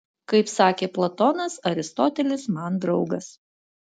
kaip sakė platonas aristotelis man draugas